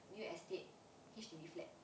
new estate H_D_B flat